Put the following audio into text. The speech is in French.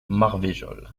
marvejols